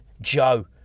Joe